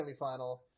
semifinal